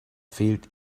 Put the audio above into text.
fehlt